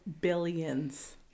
billions